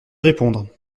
répondre